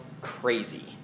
crazy